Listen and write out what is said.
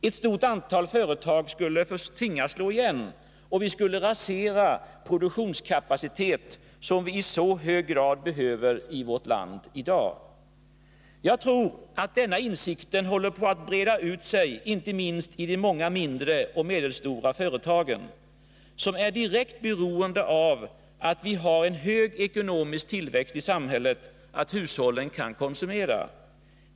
Ett stort antal företag skulle tvingas slå igen. Vi skulle rasera produktionskapacitet som vi i så hög grad behöver i vårt land i dag. Jag tror att denna insikt håller på att breda ut sig inte minst i de många mindre och medelstora företagen, som är direkt beroende av att vi har en hög ekonomisk aktivitet i samhället, att hushållen kan konsumera.